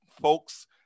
folks